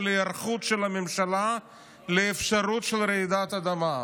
על היערכות של הממשלה לאפשרות של רעידת אדמה.